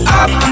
up